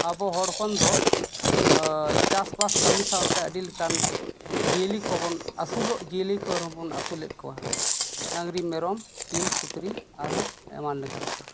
ᱟᱵᱚ ᱦᱚᱲ ᱦᱚᱯᱚᱱ ᱫᱚ ᱪᱟᱥᱵᱟᱥ ᱠᱟᱹᱢᱤ ᱥᱟᱶᱛᱮ ᱟᱹᱰᱤ ᱞᱮᱠᱟᱱ ᱡᱤᱭᱹᱞᱤ ᱠᱚᱵᱚᱱ ᱟᱹᱥᱩᱞᱚᱜ ᱡᱤᱭᱟᱹᱞᱤ ᱠᱚ ᱨᱮ ᱦᱚᱵᱚᱱ ᱟᱹᱥᱩᱞᱮᱫ ᱠᱚᱣᱟ ᱰᱟᱹᱝᱨᱤ ᱢᱮᱨᱚᱢ ᱥᱤᱢ ᱥᱩᱠᱨᱤ ᱟᱨ ᱦᱚᱸ ᱮᱢᱟᱱ ᱞᱮᱠᱟᱱ ᱠᱚ